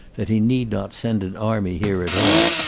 that he need not send an army here at all.